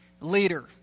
leader